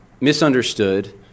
misunderstood